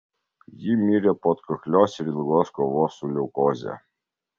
ji mirė po atkaklios ir ilgos kovos su leukoze